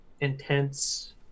intense